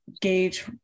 gauge